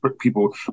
people